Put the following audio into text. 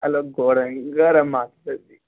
hello గోడంగారా మాట్లాడేది